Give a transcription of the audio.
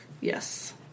Yes